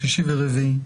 שלישי ורביעי.